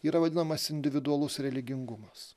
yra vadinamas individualus religingumas